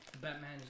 Batman